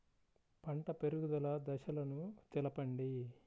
పంట పెరుగుదల దశలను తెలపండి?